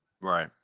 Right